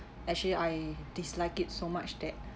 actually I dislike it so much that